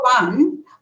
one